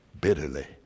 bitterly